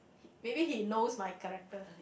maybe he knows my character